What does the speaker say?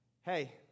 hey